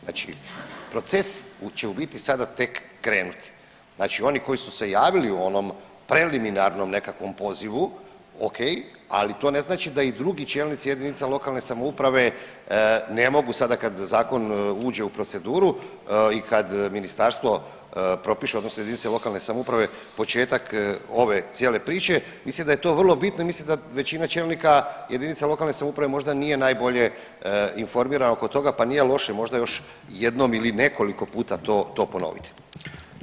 Znači proces će u biti tek sada krenuti, znači oni koji su se javili u onom preliminarnom nekakvom pozivu ok, ali to ne znači da i drugi čelnici jedinica lokalne samouprave ne mogu sada kad zakon uđe u proceduru i kad ministarstvo propiše odnosno jedinice lokalne samouprave početak ove cijele priče mislim da je to vrlo bitno i mislim da većina čelnika jedinica lokalne samouprave možda nije najbolje informirano oko toga, pa nije loše možda još jednom ili nekoliko puta to ponoviti.